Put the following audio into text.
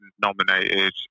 nominated